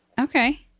Okay